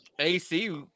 AC